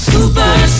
Super